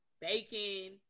Bacon